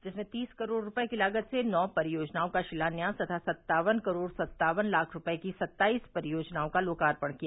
जिसमें तीस करोड़ रूपये की लागत से नौ परियोजनाओं का शिलान्यास तथा सत्तावन करोड़ सत्तावन लाख रूपये की सत्ताईस परियोजनओं का लोकार्पण किया